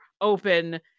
open